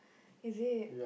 is it